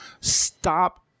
stop